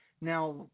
Now